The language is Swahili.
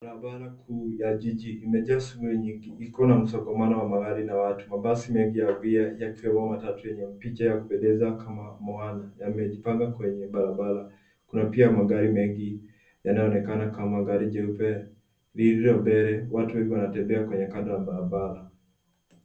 Barabara kuu ya jiji imejaa shughuli nyingi, iko na msongamano wa gari na watu. Mabasi mengi ya abiria yakiwa na picha ya kupendeza Kama Moana yamejipanga kwenye barabara. Kuna pia magari mengi yanayoonekana kama gari jeupe lililo mbele. Watu wengi wanatembea kwenye kando ya barabara.